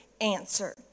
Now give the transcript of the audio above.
answer